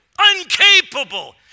Uncapable